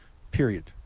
period.